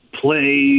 play